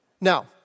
Now